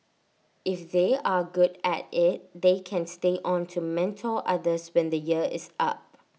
if they are good at IT they can stay on to mentor others when the year is up